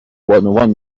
بانوان